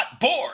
bored